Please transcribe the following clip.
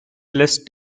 list